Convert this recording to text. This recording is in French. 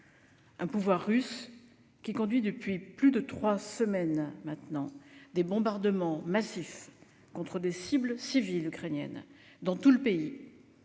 Un pouvoir russe, qui conduit depuis plus de trois semaines des bombardements massifs contre des cibles civiles ukrainiennes, dans tout le pays,